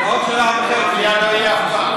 במליאה זה לא יהיה אף פעם.